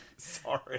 sorry